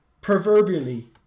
proverbially